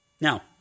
Now